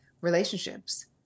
relationships